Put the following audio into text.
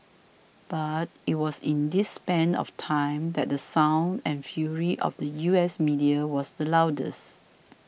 but it was in this span of time that the sound and fury of the U S media was the loudest